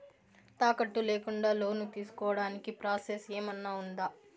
తాకట్టు లేకుండా లోను తీసుకోడానికి ప్రాసెస్ ఏమన్నా ఉందా?